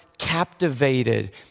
captivated